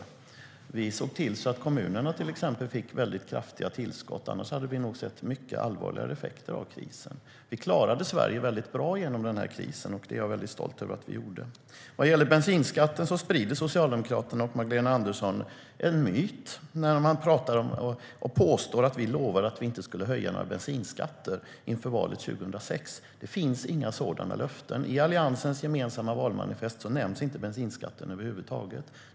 Vi såg till exempel till att kommunerna fick kraftiga tillskott; annars hade vi nog sett mycket allvarligare effekter av krisen. Vi klarade Sverige väldigt bra genom krisen, och det är jag stolt över att vi gjorde. Vad gäller bensinskatten sprider Socialdemokraterna och Magdalena Andersson en myt när de påstår att vi lovade att vi inte skulle höja några bensinskatter inför valet 2006. Det finns inga sådana löften. I Alliansens gemensamma valmanifest nämns inte bensinskatten över huvud taget.